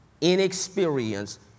inexperienced